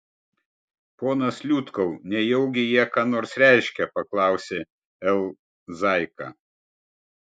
ponas liutkau nejaugi jie ką nors reiškia paklausė l zaika